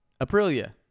Aprilia